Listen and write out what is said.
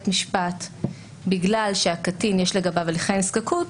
משפט בגלל שלגבי הקטין יש הליכי נזקקות,